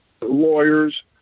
lawyers